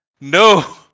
no